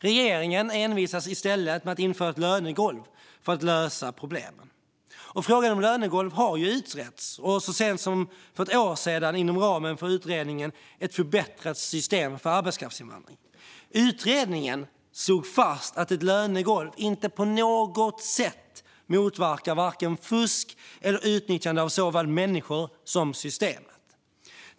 Regeringen envisas i stället med att införa ett lönegolv för att lösa problemen. Frågan om lönegolv har utretts, så sent som för ett år sedan inom ramen för utredningen Ett förbättrat system för arbetskraftsinvandring . Utredningen slog fast att ett lönegolv inte på något sätt motverkar vare sig fusk eller utnyttjande av såväl människor som system.